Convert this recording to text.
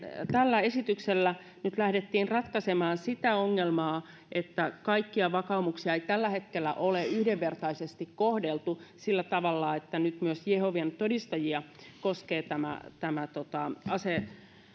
tällä esityksellä nyt lähdettiin ratkaisemaan sitä ongelmaa että kaikkia vakaumuksia ei tällä hetkellä ole yhdenvertaisesti kohdeltu sillä tavalla että nyt myös jehovan todistajia koskee tämä tämä